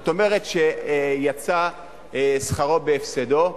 זאת אומרת שיצא שכרו בהפסדו.